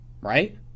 right